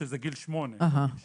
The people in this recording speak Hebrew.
שזה גיל שמונה ולא גיל שש.